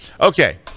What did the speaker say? Okay